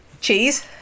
cheese